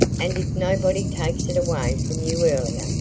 and if nobody takes it away from you earlier,